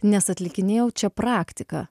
nes atlikinėjau čia praktiką